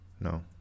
No